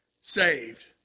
saved